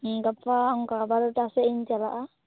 ᱩᱸ ᱜᱟᱯᱟ ᱚᱱᱠᱟ ᱵᱟᱨᱚᱴᱟ ᱥᱮᱫ ᱤᱧ ᱪᱟᱞᱟᱜ ᱼᱟ